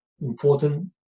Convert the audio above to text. important